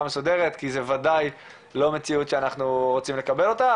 מסודרת כי זה בוודאי אל מציאות שאנחנו רוצים לקבל אותה,